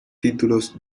títulos